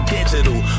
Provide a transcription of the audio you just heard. Digital